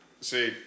See